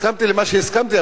הסכמתי למה שהסכמתי,